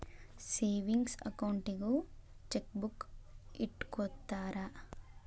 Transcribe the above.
savings ಅಕೌಂಟಿಗೂ chequebook ಇಟ್ಟ್ಕೊತ್ತರ